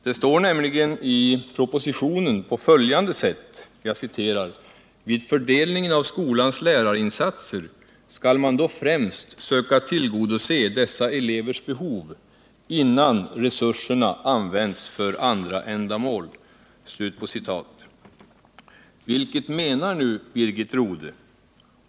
Det står nämligen på följande sätt i propositionen: ”Vid fördelningen av skolans lärarinsatser skall man då främst söka tillgodose dessa elevers behov innan resurserna används för andra ändamål.” Vilket menar nu Birgit Rodhe?